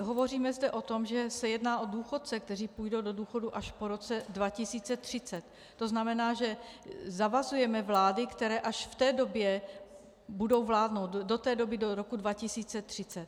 Hovoříme zde o tom, že se jedná o důchodce, kteří půjdou do důchodu až po roce 2030, tzn. zavazujeme vlády, které v té době budou vládnout, do té doby, do roku 2030.